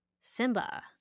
Simba